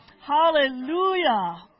Hallelujah